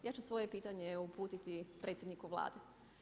Ja ću svoje pitanje uputiti predsjedniku Vlade.